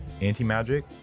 anti-magic